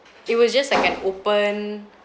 it was just like an open